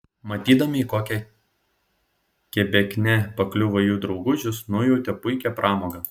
matydami į kokią kebeknę pakliuvo jų draugužis nujautė puikią pramogą